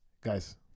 guys